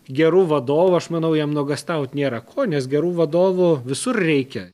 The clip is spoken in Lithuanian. geru vadovu aš manau jam nuogąstaut nėra ko nes gerų vadovų visur reikia